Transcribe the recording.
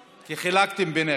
כי חילקתם ביניכם.